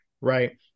right